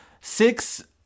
six